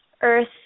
earth